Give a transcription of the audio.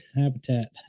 habitat